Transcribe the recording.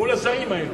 מול השרים האלה.